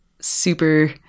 super